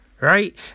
right